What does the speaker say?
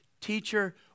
teacher